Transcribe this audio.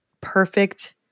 perfect